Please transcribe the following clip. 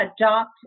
adopt